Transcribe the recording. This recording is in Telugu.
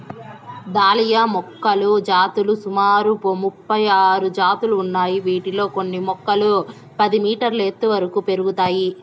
దాలియా మొక్కల జాతులు సుమారు ముపై ఆరు జాతులు ఉన్నాయి, వీటిలో కొన్ని మొక్కలు పది మీటర్ల ఎత్తు వరకు పెరుగుతాయి